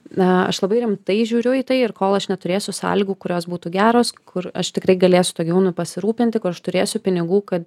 na aš labai rimtai žiūriu į tai ir kol aš neturėsiu sąlygų kurios būtų geros kur aš tikrai galėsiu tuo gyvūnu pasirūpinti kur aš turėsiu pinigų kad